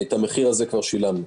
את המחיר הזה כבר שילמנו,